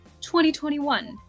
2021